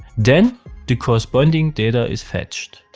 then the corresponding data is fetched.